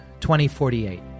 2048